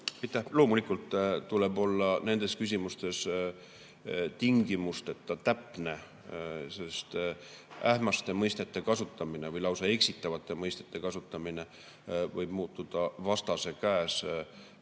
Loomulikult tuleb nendes küsimustes tingimusteta täpne olla, sest ähmaste mõistete kasutamine või lausa eksitavate mõistete kasutamine võib muutuda vastase käes